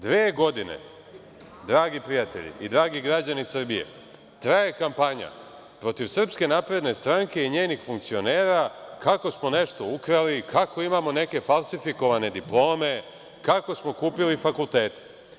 Dve godine, dragi prijatelji i dragi građani Srbije, traje kampanja protiv SNS i njenih funkcionera kako smo nešto ukrali, kako imamo neke falsifikovane diplome, kako smo kupili fakultete.